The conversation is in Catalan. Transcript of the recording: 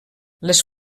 les